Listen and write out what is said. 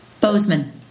Bozeman